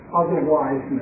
otherwise